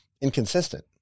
inconsistent